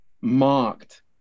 marked